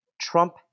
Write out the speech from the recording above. Trump